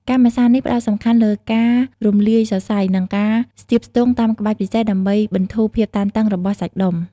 ការម៉ាស្សានេះផ្ដោតសំខាន់លើការរំលាយសរសៃ និងការស្ទាបស្ទង់តាមក្បាច់ពិសេស ដើម្បីបន្ធូរភាពតឹងណែនរបស់សាច់ដុំ។